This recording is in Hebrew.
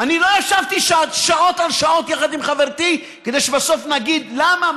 אני לא ישבתי שעות על שעות יחד עם חברתי כדי שבסוף נגיד: למה?